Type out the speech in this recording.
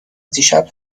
دیشب